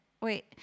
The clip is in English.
wait